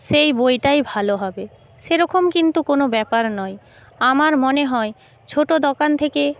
সেই বইটাই ভালো হবে সেরকম কিন্তু কোনো ব্যাপার নয় আমার মনে হয় ছোটো দোকান থেকে